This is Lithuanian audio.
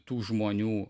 tų žmonių